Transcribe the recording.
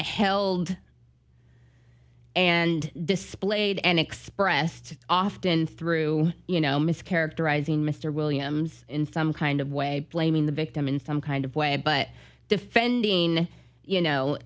held and displayed and expressed often through you know ms characterizing mr williams in some kind of way blaming the victim in some kind of way but defending you know